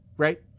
Right